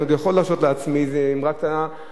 אני עוד יכול להרשות לעצמי איזו אמרה קטנה,